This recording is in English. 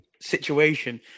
situation